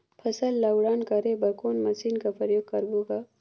फसल ल उड़ान करे बर कोन मशीन कर प्रयोग करबो ग?